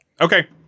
Okay